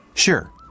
Sure